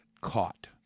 caught